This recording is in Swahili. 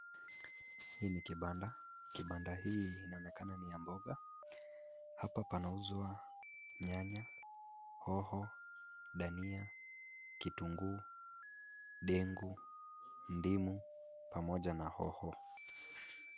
Hii ni kibanda, kibanda hii inaonekana ni ya mboga hapa panauzwa nyanya, hoho, dania, kitunguu, ndengu, ndimu, pamoja na hoho.